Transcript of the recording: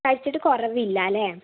കഴിച്ചിട്ട് കുറവില്ല അല്ലേ